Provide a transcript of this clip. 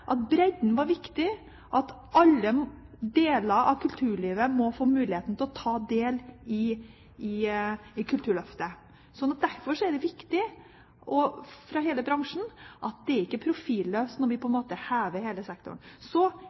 at bredden var viktig, og at alle deler av kulturlivet må få mulighet til å ta del i Kulturløftet. Derfor er det viktig for hele bransjen, og det er ikke profilløst når vi på en måte hever hele sektoren. Så,